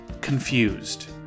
confused